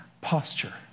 posture